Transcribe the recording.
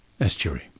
estuary